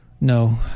No